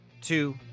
two